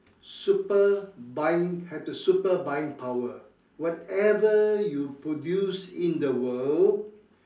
super buying have the super buying power whatever you produce in the world